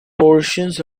portions